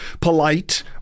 polite